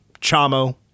Chamo